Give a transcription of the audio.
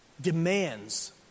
demands